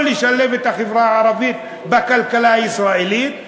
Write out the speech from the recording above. לשלב את החברה הערבית בכלכלה הישראלית,